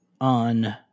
on